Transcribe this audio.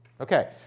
Okay